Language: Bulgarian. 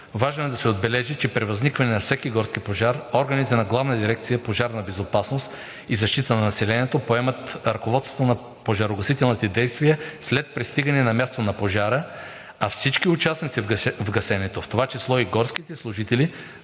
Важно е да се отбележи, че при възникване на всеки горски пожар органите на Главна дирекция „Пожарна безопасност и защита на населението“ поемат ръководството на пожарогасителните действия след пристигане на място на пожара, а всички участници в гасенето, в това число и горските служители,